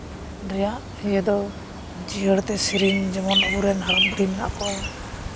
ᱨᱮᱭᱟᱜ ᱤᱭᱟᱹ ᱫᱚ ᱡᱤᱭᱟᱹᱲ ᱛᱮ ᱥᱮᱨᱮᱧ ᱡᱮᱢᱚᱱ ᱟᱵᱚᱨᱮᱱ ᱦᱟᱲᱟᱢ ᱵᱩᱲᱦᱤ ᱢᱮᱱᱟᱜ ᱠᱚᱣᱟ